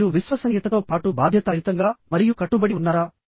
మీరు విశ్వసనీయతతో పాటు బాధ్యతాయుతంగా మరియు కట్టుబడి ఉన్నారా